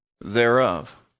thereof